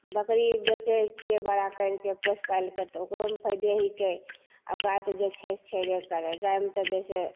बकरी बेचै छिए बड़ा करिके पोसि पालिके तऽ ओकरोमे फायदे हिकै आब गाइ तऽ जे छै से छेबे करै गाइमे तऽ जइसे